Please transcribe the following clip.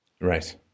Right